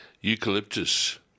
Eucalyptus